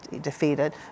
defeated